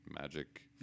magic